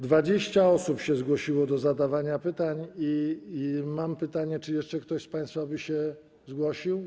20 osób się zgłosiło do zadawania pytań i mam pytanie, czy jeszcze ktoś z państwa chciałby się zgłosić?